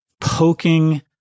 poking